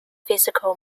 physical